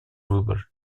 выбор